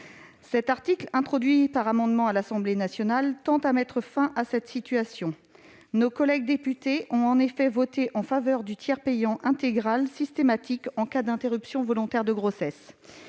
Cet article, introduit par voie d'amendement à l'Assemblée nationale, tend à mettre fin à cette situation. Nos collègues députés ont en effet voté en faveur du tiers payant intégral systématique en cas d'interruption volontaire de grossesse,